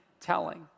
telling